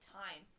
time